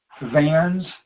vans